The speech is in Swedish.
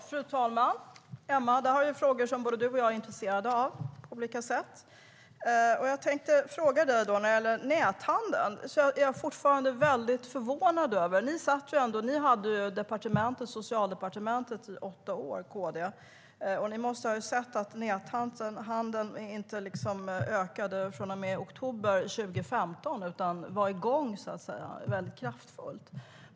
Fru talman! Det här är frågor som både du, Emma, och jag är intresserad av. Jag tänkte fråga dig om näthandeln. KD hade ansvar för Socialdepartementet i åtta år, och ni måste ha sett att näthandeln inte ökade från och med oktober 2014 utan redan var starkt igång.